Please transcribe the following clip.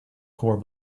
core